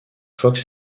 fox